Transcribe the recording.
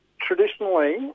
Traditionally